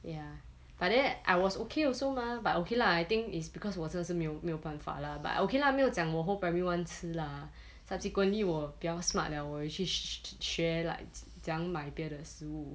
ya but then I was okay also mah but okay lah I think it's because 我真的是没有没有办法 lah but okay lah 没有讲我 whole primary one 吃 lah subsequently 我比较 smart liao 我有去去学 like 怎样去买别的食物